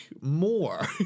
more